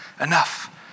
Enough